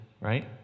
right